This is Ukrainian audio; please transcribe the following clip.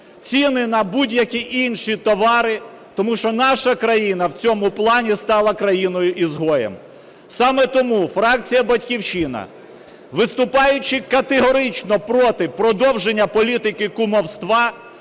ціни на будь-які інші товари, тому що наша країна в цьому плані стала країною ізгоєм. Саме тому фракція "Батьківщина", виступаючи категорично проти продовження політики кумівства,